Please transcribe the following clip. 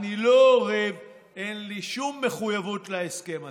אני לא ערב, אין לי שום מחויבות להסכם הזה.